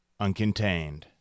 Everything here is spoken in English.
uncontained